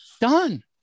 done